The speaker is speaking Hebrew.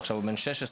ועכשיו הוא בן 16,